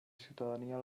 ciutadania